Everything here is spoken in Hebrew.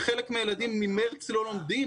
חלק מהילדים ממרץ לא לומדים.